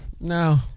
No